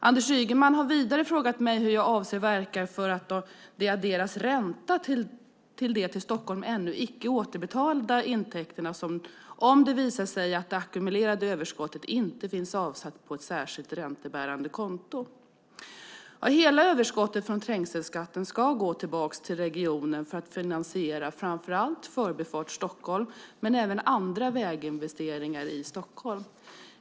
Anders Ygeman har vidare frågat mig hur jag avser att verka för att det adderas ränta till de till Stockholm ännu icke återbetalda intäkterna om det visar sig att det ackumulerade överskottet inte finns avsatt på ett särskilt räntebärande konto. Hela överskottet från trängselskatten ska gå tillbaka till regionen för att finansiera framför allt Förbifart Stockholm men även andra väginvesteringar i Stockholm.